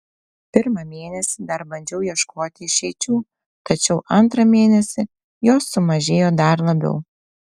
pirmą mėnesį dar bandžiau ieškoti išeičių tačiau antrą mėnesį jos sumažėjo dar labiau